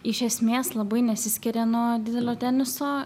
iš esmės labai nesiskiria nuo didelio teniso